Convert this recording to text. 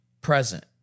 Present